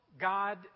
God